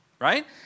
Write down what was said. Right